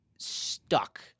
stuck